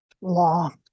law